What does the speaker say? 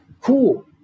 cool